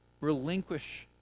relinquish